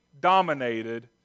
dominated